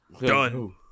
done